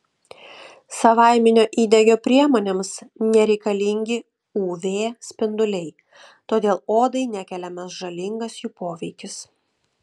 savaiminio įdegio priemonėms nereikalingi uv spinduliai todėl odai nekeliamas žalingas jų poveikis